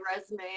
resume